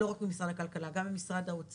ניתן מענה לא רק ממשרד הכלכלה, גם ממשרד האוצר.